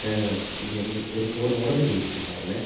ഞാന് ഒരു phone order ചെയ്തിട്ടുണ്ടായിരുന്നേ